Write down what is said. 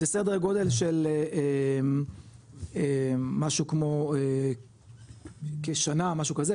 זה סדר גודל של משהו כמו כשנה משהו כזה,